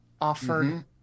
offered